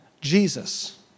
Jesus